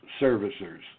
servicers